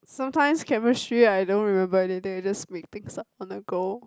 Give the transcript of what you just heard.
sometimes chemistry I don't remember anything I just make things up on the go